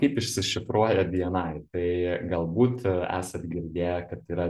kaip išsišifruoja bni tai galbūt esat girdėję kad yra